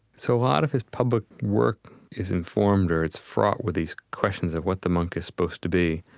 so a lot of his public work is informed or it's fraught with these questions of what the monk is supposed to be.